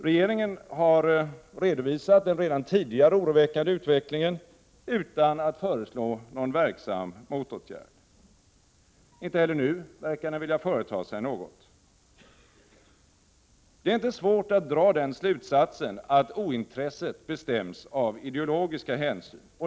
Regeringen har redovisat den redan tidigare oroväckande utvecklingen utan att föreslå någon verksam motåtgärd. Inte heller nu verkar den vilja företa sig något. Det är svårt att inte dra den slutsatsen att ointresset bestäms av ideologiska hänsyn.